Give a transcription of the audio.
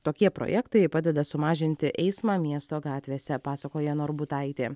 tokie projektai padeda sumažinti eismą miesto gatvėse pasakoja norbutaitė